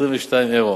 22 יורו.